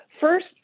First